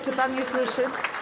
Czy pan mnie słyszy?